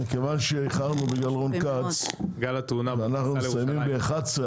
מכיוון שאיחרנו ואנחנו מסיימים ב-11:00,